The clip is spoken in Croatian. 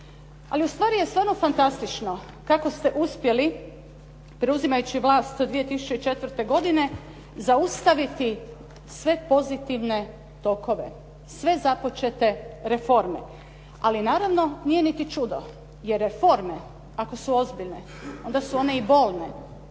Ali ustvari je stvarno fantastično kako ste uspjeli preuzimajući vlast 2004. godine zaustaviti sve pozitivne tokove, sve započete reforme. Ali naravno nije niti čudo, jer reforme ako su ozbiljne onda su one i bolne,